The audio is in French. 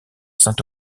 saint